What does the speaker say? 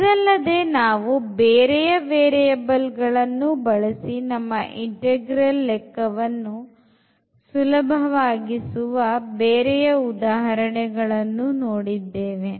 ಇದಲ್ಲದೆ ನಾವು ಬೇರೆಯ ವೇರಿಯಬಲ್ ಗಳನ್ನು ಬಳಸಿ ನಮ್ಮ integral ಲೆಕ್ಕವನ್ನು ಸುಲಭವಾಗಿಸುವ ಬೇರೆಯ ಉದಾಹರಣೆಗಳನ್ನು ನೋಡಿದ್ದೇವೆ